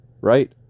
right